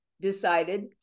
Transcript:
decided